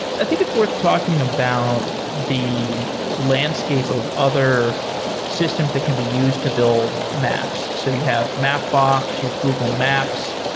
i think it's worth talking about the landscape of other systems that can be used to build maps. so you have mapbox, you have google maps.